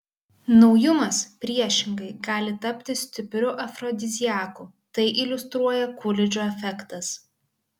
naujumas priešingai gali tapti stipriu afrodiziaku tai iliustruoja kulidžo efektas